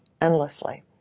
endlessly